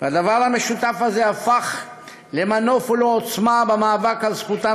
והדבר המשותף הזה הפך למנוף ולעוצמה במאבק על זכותם